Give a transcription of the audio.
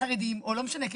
חרדים, או לא משנה.